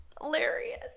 Hilarious